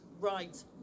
right